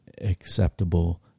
acceptable